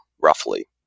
roughly